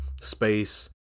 space